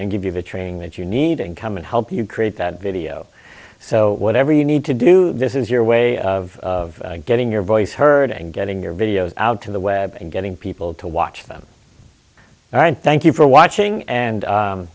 and give you the training that you need to come and help you create that video so whatever you need to do this is your way of getting your voice heard and getting your videos out to the web and getting people to watch them all right thank you for watching and